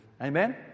Amen